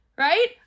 Right